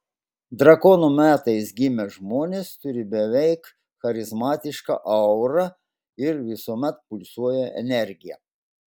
drakono metais gimę žmonės turi beveik charizmatišką aurą ir visuomet pulsuoja energija